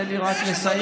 תן לי רק לסיים.